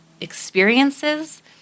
experiences